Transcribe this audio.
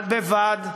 בד בבד,